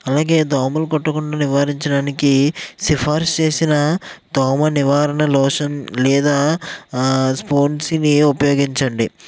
అలాగే దోమలు కుట్టకుండా నివారించడానికి సిఫార్సు చేసిన దోమ నివారణ లోషన్ లేదా స్పూన్స్ని ఉపయోగించండి